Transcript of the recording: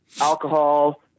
alcohol